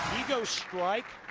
he goes strike,